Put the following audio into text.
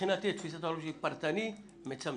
מבחינת תפיסת העולם שלי, פרטני זה מצמצם.